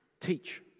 teach